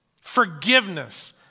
Forgiveness